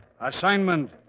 Assignment